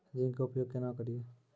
Zinc के उपयोग केना करये?